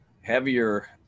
heavier